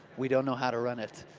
we don't know how to run it,